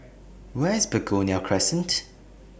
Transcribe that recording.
Where IS Begonia Crescent